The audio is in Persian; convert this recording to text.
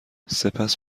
سپس